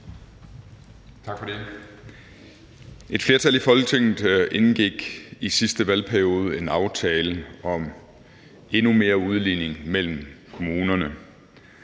Tak for det. Et flertal i Folketinget indgik i sidste valgperiode en aftale om endnu mere udligning mellem kommunerne,